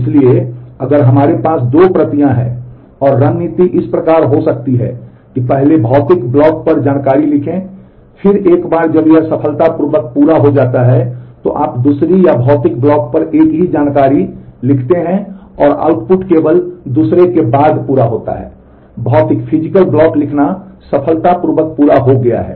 इसलिए अगर हमारे पास दो प्रतियाँ हैं और रणनीति इस प्रकार हो सकती है कि पहले भौतिक ब्लॉक पर जानकारी लिखें फिर एक बार जब यह सफलतापूर्वक पूरा हो जाता है तो आप दूसरी या भौतिक ब्लॉक पर एक ही जानकारी लिखते हैं और आउटपुट केवल दूसरे के बाद पूरा होता है भौतिक ब्लॉक लिखना सफलतापूर्वक पूरा हो गया है